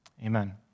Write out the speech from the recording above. Amen